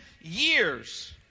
years